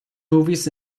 movies